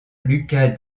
lucas